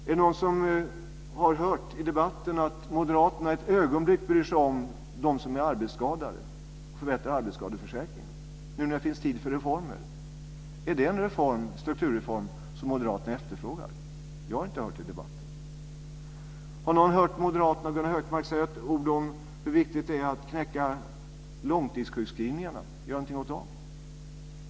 Är det någon som i debatten har hört att Moderaterna ett ögonblick bryr sig om dem som är arbetsskadade och att de vill förbättra arbetsskadeförsäkringen nu när det finns tid för reformer? Är det en strukturreform som Moderaterna efterfrågar? Jag har inte hört det i debatten. Har någon hört Moderaterna och Gunnar Hökmark säga ett ord om hur viktigt det är att knäcka långtidssjukskrivningarna och göra någonting åt dem?